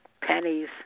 Pennies